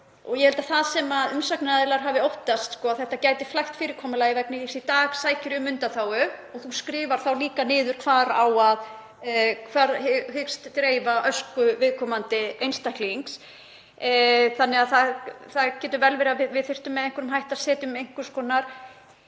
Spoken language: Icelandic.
það sem umsagnaraðilar hafa óttast að þetta gæti flækt fyrirkomulagið vegna þess að í dag sækir þú um undanþágu og þú skrifar líka niður hvar þú hyggst dreifa ösku viðkomandi einstaklings. Það getur vel verið að við þyrftum með einhverjum hætti að setja einhvers konar